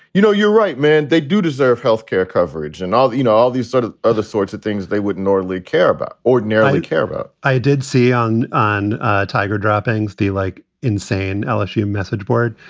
you know, you're right, man, they do deserve health care coverage and all, you know, all these sort of other sorts of things they wouldn't normally care about ordinarily care but i did see on on tiger droppings. do you like insane lsu message board?